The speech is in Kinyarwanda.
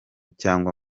cyangwa